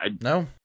No